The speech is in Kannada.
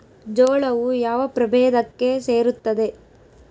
ಜೋಳವು ಯಾವ ಪ್ರಭೇದಕ್ಕೆ ಸೇರುತ್ತದೆ?